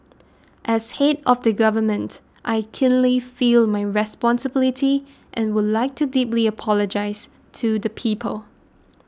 as head of the government I keenly feel my responsibility and would like to deeply apologise to the people